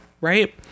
Right